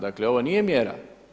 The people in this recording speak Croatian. Dakle, ovo nije mjera.